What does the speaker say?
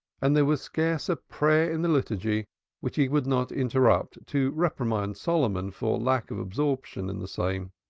and there was scarce a prayer in the liturgy which he would not interrupt to reprimand solomon for lack of absorption in the same.